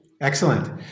Excellent